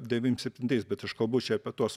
devym septintais bet aš kalbu čia apie tuos